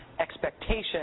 expectation